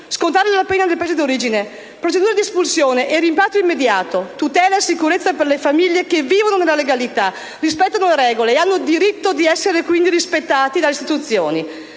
Scontare la pena nel Paese d'origine, la procedura di espulsione e il rimpatrio immediato sono una tutela e una sicurezza per le famiglie che vivono nella legalità, rispettano le regole e hanno il diritto quindi di essere rispettate dalle istituzioni.